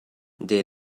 they